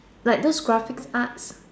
like those graphic arts